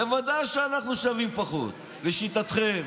בוודאי שאנחנו שווים פחות, לשיטתכם.